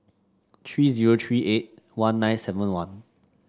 three zero three eight one nine seven one